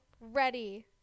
ready